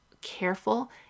Careful